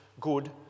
good